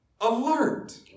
alert